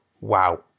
Wow